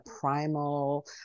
primal